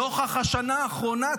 נוכח השנה האחרונה.